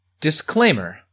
disclaimer